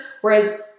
Whereas